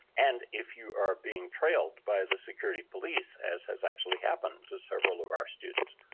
and if you are being trailed by the security police, as has actually happened to several of our students,